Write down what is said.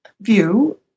view